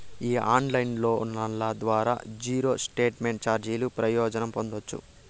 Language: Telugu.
ఈ ఆన్లైన్ లోన్ల ద్వారా జీరో స్టేట్మెంట్ చార్జీల ప్రయోజనం పొందచ్చు